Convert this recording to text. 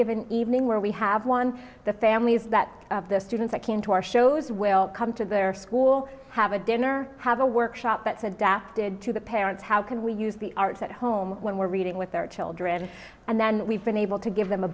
given evening where we have one of the families that the students i came to our shows will come to their school have a dinner have a workshop that's adapted to the parents how can we use the arts at home when we're reading with their children and then we've been able to give them a